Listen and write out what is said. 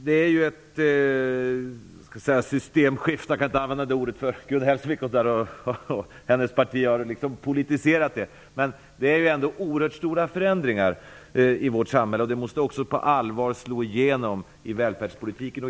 Det är svårt att använda ordet systemskifte, eftersom Gun Hellsvik och hennes parti har politiserat det, men det sker ändå oerhört stora förändringar i vårt samhälle, och de måste också på allvar slå igenom i välfärdspolitiken.